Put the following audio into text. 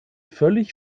völlig